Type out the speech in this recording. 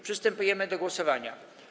Przystępujemy do głosowania.